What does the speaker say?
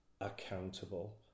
accountable